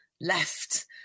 left